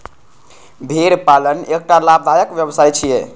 भेड़ पालन एकटा लाभदायक व्यवसाय छियै